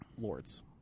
Lord's